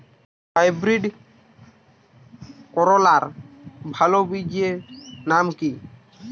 Hybrid করলার ভালো বীজের নাম কি?